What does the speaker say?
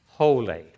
Holy